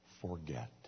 forget